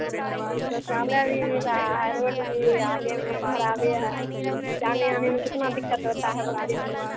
शौचालय भी आ रोड भी आगे में खराबी है जाने उने में कितना दिक्कत होता है भारी को